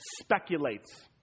speculates